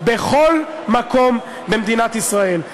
בכל מקום במדינת ישראל.